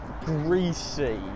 greasy